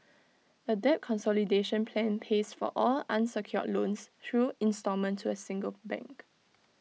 A debt consolidation plan pays for all unsecured loans through instalment to A single bank